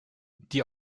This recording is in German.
die